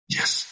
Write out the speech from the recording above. Yes